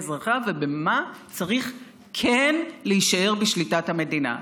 אזרחיה ומה צריך כן להישאר בשליטת המדינה.